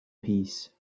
peace